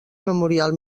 memorial